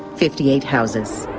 fifty eight houses.